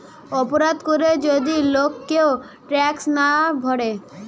অপরাধ করে যদি লোক কেউ ট্যাক্স না ভোরে